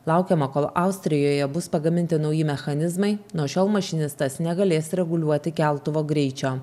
laukiama kol austrijoje bus pagaminti nauji mechanizmai nuo šiol mašinistas negalės reguliuoti keltuvo greičio